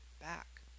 back